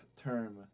term